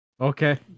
Okay